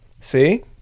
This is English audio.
see